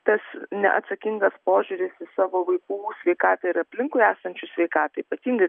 tas neatsakingas požiūris į savo vaikų sveikatą ir aplinkui esančius sveikatai ypatingai